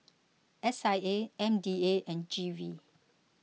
S I A M D A and G V